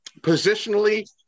positionally